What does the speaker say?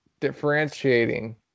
differentiating